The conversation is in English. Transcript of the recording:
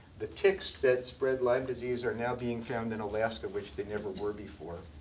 the ticks that spread lyme disease are now being found in alaska, which they never were before.